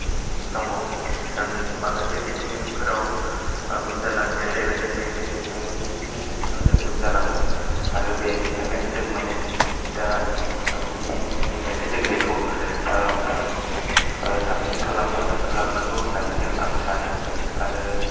दङ जों माखासे बिथिंफोराव उन जालांनाया जाहैबाय जों मेनलि टेकनलजि बिथिङाव जों उन जालांदों आरो बेनि थाखायनो जों माने दा गुदि समनिफ्रायनो जों बेखौ साबसिन खालामनो लांनांगौ होननानै जों आं सानो आरो